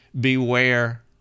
Beware